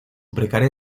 precaria